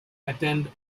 attend